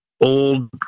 old